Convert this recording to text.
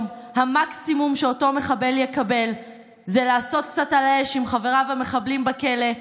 המקסימום שאותו מחבל יקבל זה לעשות קצת על האש עם חבריו המחבלים בכלא,